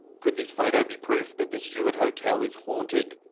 could this photo be proof that the stuart hotel is haunted?